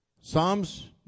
Psalms